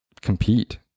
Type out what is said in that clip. compete